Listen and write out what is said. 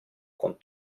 con